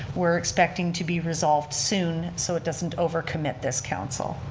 we're expecting to be resolved soon so it doesn't over-commit this council.